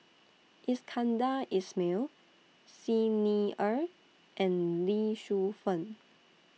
Iskandar Ismail Xi Ni Er and Lee Shu Fen